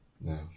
No